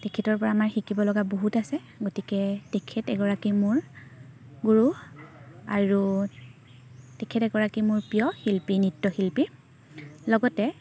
তেখেতৰপৰা আমাৰ শিকিবলগা বহুত আছে গতিকে তেখেত এগৰাকী মোৰ গুৰু আৰু তেখেত এগৰাকী মোৰ প্ৰিয় শিল্পী নৃত্যশিল্পী লগতে